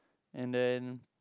and then